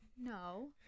No